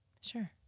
Sure